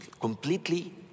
completely